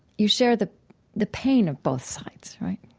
you share the the pain of both sides, right?